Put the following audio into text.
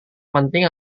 penting